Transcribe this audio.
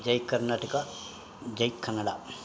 ಜೈ ಕರ್ನಾಟಕ ಜೈ ಕನ್ನಡ